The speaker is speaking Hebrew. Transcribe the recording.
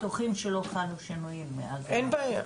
להיות בטוחים שלא חלו שינויים מאז ה- אין בעיה,